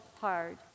hard